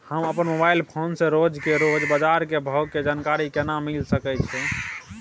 हम अपन mobile phone से रोज के रोज बाजार के भाव के जानकारी केना मिल सके छै?